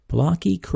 Blocky